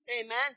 amen